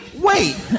wait